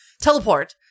teleport